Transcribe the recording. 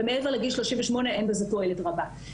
ומעבר לגיל 38 אין בזה תועלת רבה.